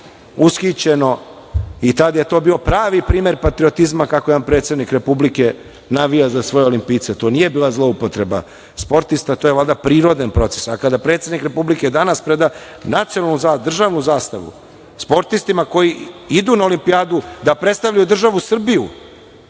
ushićeno i tada je to bio pravi primer patriotizma kako jedan predsednik Republike navija za svoje olimpijce, i to nije bila zloupotreba sportista, to je valjda prirodan proces, a kada predsednik Republike danas preda nacionalnu, državnu zastavu sportistima koji idu na Olimpijadu da predstavljaju državu Srbiju